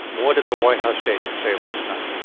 what did the white house statement say last night?